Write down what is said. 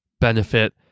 benefit